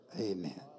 Amen